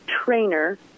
trainer